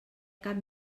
cap